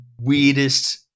weirdest